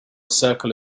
circle